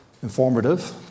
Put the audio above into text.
informative